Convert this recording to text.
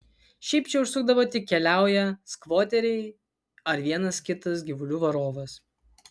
šiaip čia užsukdavo tik keliaują skvoteriai ar vienas kitas gyvulių varovas